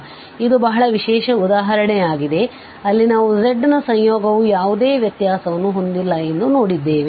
ಆದ್ದರಿಂದ ಇದು ಬಹಳ ವಿಶೇಷ ಉದಾಹರಣೆಯಾಗಿದೆ ಅಲ್ಲಿ ನಾವು z ನ ಸಂಯೋಗವು ಯಾವುದೇ ವ್ಯತ್ಯಾಸವನ್ನು ಹೊಂದಿಲ್ಲ ಎಂದು ನೋಡಿದ್ದೇವೆ